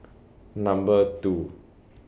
Number two